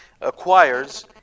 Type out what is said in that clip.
Acquires